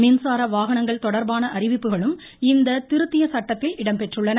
மின்சார வாகனங்கள் தொடா்பான அறிவிப்புகளும் இந்த திருத்திய சட்டத்தில் இடம்பெற்றுள்ளன